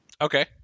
Okay